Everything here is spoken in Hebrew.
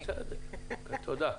תודה.